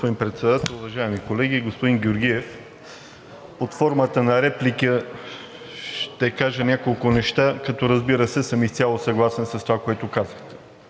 господин Председател. Уважаеми колеги! Господин Георгиев, под формата на реплика ще кажа няколко неща, като, разбира се, съм изцяло съгласен с това, което казахте.